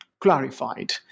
clarified